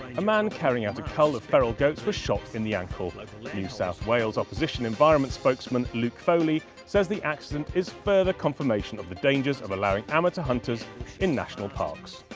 a man carrying out a cull of feral goats was shot in the ankle. new south wales opposition environment spokesman luke foley says the accident is further confirmation of the dangers of allowing amateur hunters in national parks.